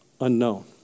unknown